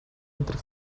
entre